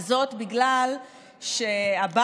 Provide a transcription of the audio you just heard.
וזאת בגלל שהבית,